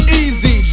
easy